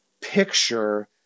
picture